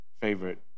favorite